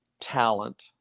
talent